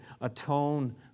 atone